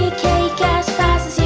cake as fast